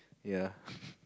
ya